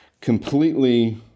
completely